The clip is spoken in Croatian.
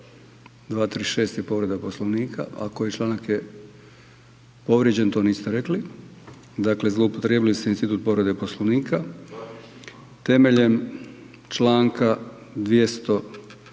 236. je povreda Poslovnika, a koji članak je povrijeđen to niste rekli, dakle zloupotrijebili ste institut povrede Poslovnika. Temeljem Članka 240.